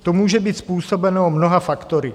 To může být způsobeno mnoha faktory.